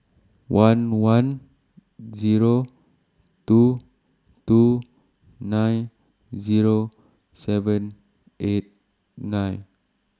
one one Zero two two nine Zero seven eight nine